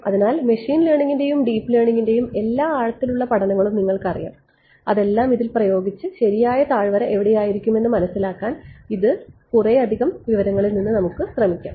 അതിനാൽ മെഷീൻ ലേണിംഗിന്റെയും ഡീപ് ലേണിംഗിന്റെയും എല്ലാ ആഴത്തിലുള്ള പഠനവും നിങ്ങൾക്കറിയാം അതെല്ലാം ഇതിൽ പ്രയോഗിച്ച് ശരിയായ താഴ്വര എവിടെയായിരിക്കുമെന്ന് മനസിലാക്കാൻ കുറെയധികം വിവരങ്ങളിൽ നിന്ന് ശ്രമിക്കാം